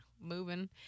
moving